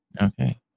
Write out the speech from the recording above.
Okay